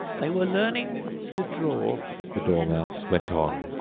they were learning to draw the dormouse went on,